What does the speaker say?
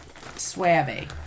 Swabby